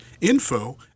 info